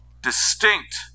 distinct